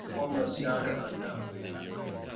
almost none or unknown. that's good.